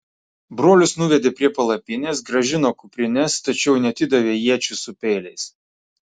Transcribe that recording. brolius nuvedė prie palapinės grąžino kuprines tačiau neatidavė iečių su peiliais